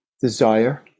desire